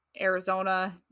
Arizona